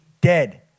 dead